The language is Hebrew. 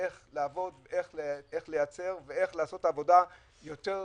איך לעבוד, איך לייצר ולעשות את העבודה טוב יותר,